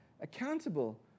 accountable